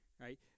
right